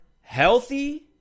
healthy